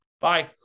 Bye